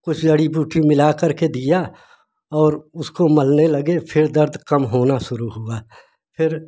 कुछ जड़ी बूटी मिला कर के दिया और उसको मलने लगे फिर दर्द कम होना शुरू हुआ फिर